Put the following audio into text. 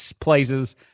places